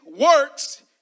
works